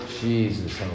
Jesus